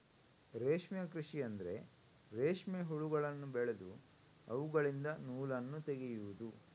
ರೇಷ್ಮೆ ಕೃಷಿ ಅಂದ್ರೆ ರೇಷ್ಮೆ ಹುಳಗಳನ್ನು ಬೆಳೆದು ಅವುಗಳಿಂದ ನೂಲನ್ನು ತೆಗೆಯುದು